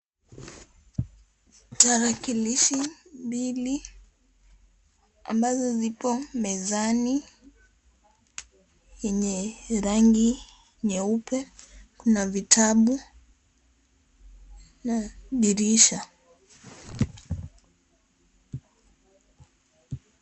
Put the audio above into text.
Tarakilishi mbili ambazo zipo mezani yenye rangi nyeupe kuna vitabu na dirisha.